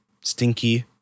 stinky